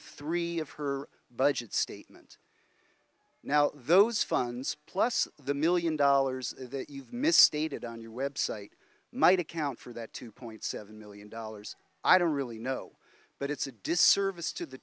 three of her budget statement now those funds plus the million dollars that you've misstated on your website might account for that two point seven million dollars i don't really know but it's a disservice to the